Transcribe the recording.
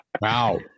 Wow